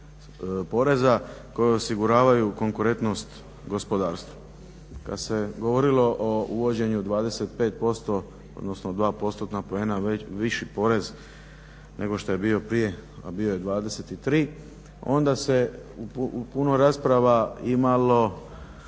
poreza koje osiguravaju konkurentnost gospodarstvu. Kad se govorilo o uvođenju 25%, odnosno 2%-tna poena viši porez nego što je bio prije, a bio je 23, onda se u puno rasprava imalo